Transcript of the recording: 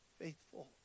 faithful